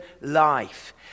life